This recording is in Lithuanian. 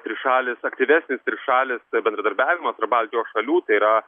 trišalis aktyvesnis trišalis bendradarbiavimas baltijos šalių tai yra